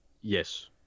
Yes